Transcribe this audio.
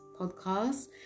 podcast